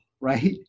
right